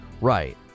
right